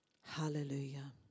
Hallelujah